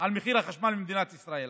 על החשמל מאשר במדינת ישראל.